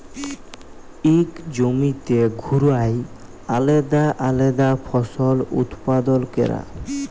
ইক জমিতে ঘুরায় আলেদা আলেদা ফসল উৎপাদল ক্যরা